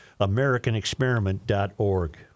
americanexperiment.org